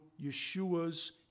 Yeshua's